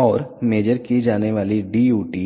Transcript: और मेज़र की जाने वाली DUT